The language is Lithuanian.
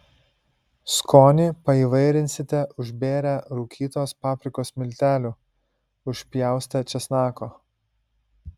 skonį paįvairinsite užbėrę rūkytos paprikos miltelių užpjaustę česnako